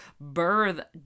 birth